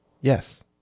Yes